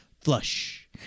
Flush